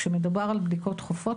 כשמדובר על בדיקות דחופות,